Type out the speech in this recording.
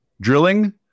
drilling